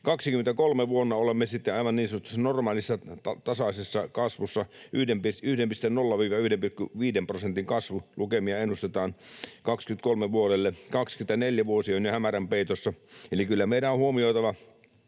2,9. Vuonna 23 olemme sitten niin sanotussa aivan normaalissa tasaisessa kasvussa: 1,0—1,5 prosentin kasvulukemia ennustetaan vuodelle 23. Vuosi 24 on jo hämärän peitossa. Eli kyllä meidän on huomioitava